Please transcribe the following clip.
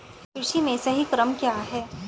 कृषि में सही क्रम क्या है?